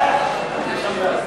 התשע"ג 2013,